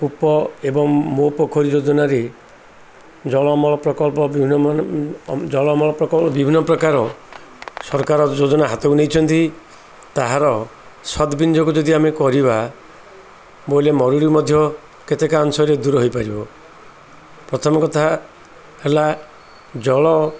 କୂପ ଏବଂ ମୋ ପୋଖରୀ ଯୋଜନାରେ ଜଳ ଅମଳ ପ୍ରକଳ୍ପ ବିଭିନ୍ନ ଜଳ ଅମଳ ବିଭିନ୍ନ ପ୍ରକାର ସରକାର ଯୋଜନା ହାତକୁ ନେଇଛନ୍ତି ତାହାର ସତ୍ବିନିଯୋଗ ଯଦି ଆମେ କରିବା ବୋଇଲେ ମରୁଡ଼ି ମଧ୍ୟ କେତେକ ଅଂଶରେ ଦୂର ହେଇପାରିବ ପ୍ରଥମ କଥା ହେଲା ଜଳ